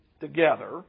together